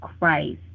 Christ